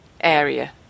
area